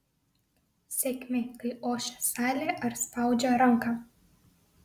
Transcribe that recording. sėkmė kai ošia salė ar spaudžia ranką